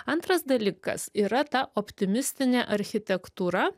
antras dalykas yra ta optimistinė architektūra